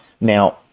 Now